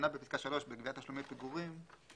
בפסקה (3), תשלומי פיגורים.